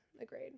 Agreed